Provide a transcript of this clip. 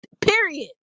period